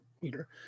Peter